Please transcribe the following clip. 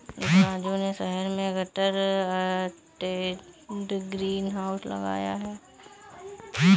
राजू ने शहर में गटर अटैच्ड ग्रीन हाउस लगाया है